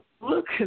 look